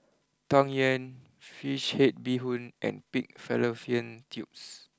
Tang Yuen Fish Head BeeHoon and Pig Fallopian Tubes